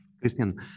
Christian